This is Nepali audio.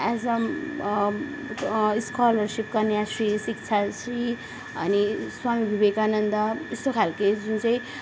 एज स्लकरसिप कन्याश्री शिक्षाश्री अनि स्वामी विवेकानन्द यस्तो खालके जुन चाहिँ